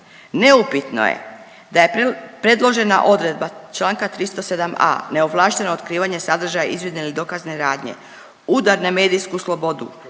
Neupitno je da je predložena odredba članka 307a. neovlašteno otkrivanje sadržaja izvidne ili dokazne radnje udar na medijsku slobodu